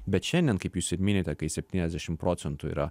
bet šiandien kaip jūs ir minite kai septyniasdešim procentų yra